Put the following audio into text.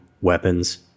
weapons